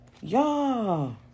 Y'all